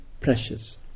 precious